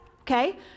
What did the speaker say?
Okay